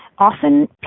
Often